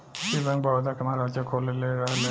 ई बैंक, बड़ौदा के महाराजा खोलले रहले